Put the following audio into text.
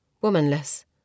womanless